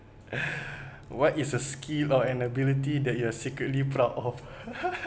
what is a skill or ability that you are secretly proud of